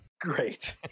Great